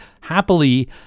happily